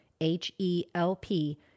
H-E-L-P